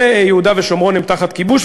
שיהודה ושומרון הם תחת כיבוש,